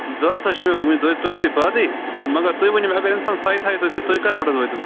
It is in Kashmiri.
ضرورت حظ چھِ مےٚ ووٚنۍ دویہِ ژورِ دُہۍ بعدٕے تہٕ مگر تُہۍ ؤنو مےٚ اگر اِنسان ساے تھایہِ تۄہہِ دِتھ تُہۍ کر پٮ۪ٹھ حظ وٲتِو